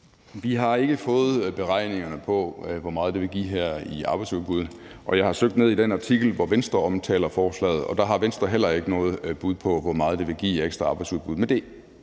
Vi har ikke fået beregningerne på, hvor meget det her vil give i arbejdsudbud. Og jeg har søgt ned i den artikel, hvor Venstre omtaler forslaget, og der har Venstre heller ikke noget bud på, hvor meget det vil give af ekstra arbejdsudbud.